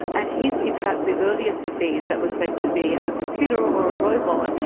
and he is in fact the earliest of these that was said to be a computer or a robot,